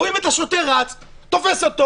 רואים את השוטר רץ, תופס אותו